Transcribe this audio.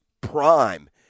prime